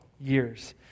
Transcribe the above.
years